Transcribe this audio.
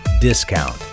discount